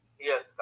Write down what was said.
Yes